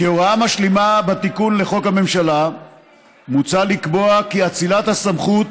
כהוראה משלימה בתיקון לחוק הממשלה מוצע לקבוע כי אצילת הסמכות